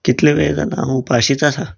कितलो वेळ जालो हांव उपाशींच आसा